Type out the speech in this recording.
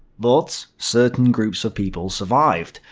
but certain groups of people survived.